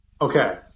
Okay